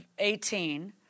18